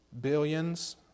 billions